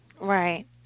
Right